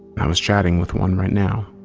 i was chatting with one right now.